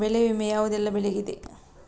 ಬೆಳೆ ವಿಮೆ ಯಾವುದೆಲ್ಲ ಬೆಳೆಗಿದೆ?